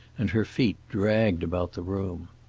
and her feet dragged about the room.